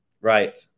Right